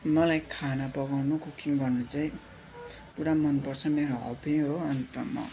मलाई खाना पकाउन कुकिङ गर्न चाहिँ पुरा मनपर्छ मेरो हबी हो अन्त म